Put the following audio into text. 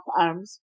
arms